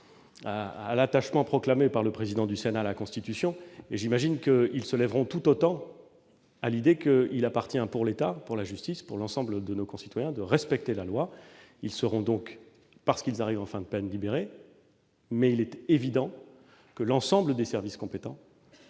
l'attachement proclamé par le président du Sénat à la Constitution. Et j'imagine qu'ils se lèveront tout autant à l'idée qu'il appartient pour l'État, pour la justice, pour l'ensemble de nos concitoyens, de respecter la loi. Ces individus seront donc, parce qu'ils arrivent en fin de peine, libérés, mais il va de soi que l'ensemble des services compétents